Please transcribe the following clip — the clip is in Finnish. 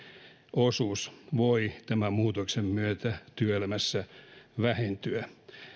osuus voi tämän muutoksen myötä työelämässä vähentyä